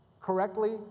correctly